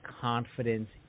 confidence